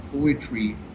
poetry